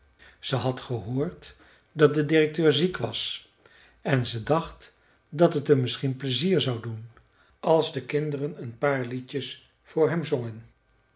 ze had gehoord dat de directeur ziek was en ze dacht dat het hem misschien plezier zou doen als de kinderen een paar liedjes voor hem zongen